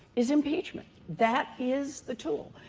is impeachment. that is the tool.